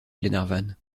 glenarvan